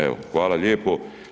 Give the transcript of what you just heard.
Evo hvala lijepo.